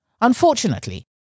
Unfortunately